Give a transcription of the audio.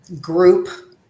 group